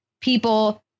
people